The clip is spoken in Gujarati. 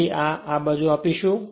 તેથી અને આ બાજુ આપીશું